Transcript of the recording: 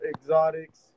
Exotics